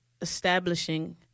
establishing